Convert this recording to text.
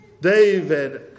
David